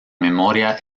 memoria